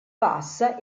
bassa